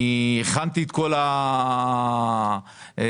הכנתי את כל ההחלטה.